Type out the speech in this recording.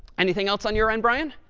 anything else on your end, brian?